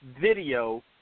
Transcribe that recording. video